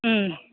ம்